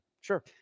Sure